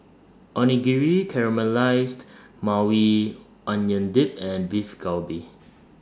Onigiri Caramelized Maui Onion Dip and Beef Galbi